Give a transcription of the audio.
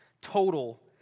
total